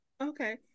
okay